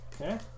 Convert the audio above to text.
Okay